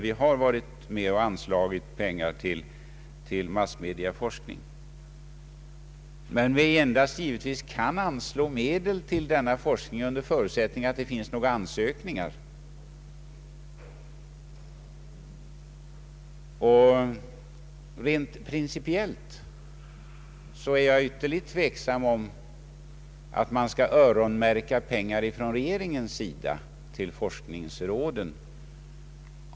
Vi har där anslagit pengar till massmediaforskning, men vi kan givetvis anslå medel till denna forskning endast under förutsättning att det finns några ansökningar. Rent principiellt är jag ytterligt tveksam om huruvida man skall öronmärka pengar från regeringens sida till forskningsråden.